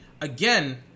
Again